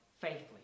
faithfully